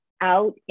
out